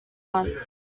once